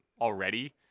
already